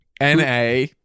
NA